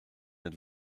êtes